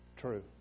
true